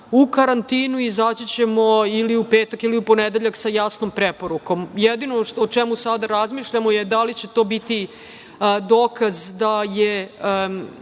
u karantinu. Izaći ćemo ili u petak ili u ponedeljak sa jasnom preporukom. Jedino o čemu sada razmišljamo je da li će to biti dokaz da osoba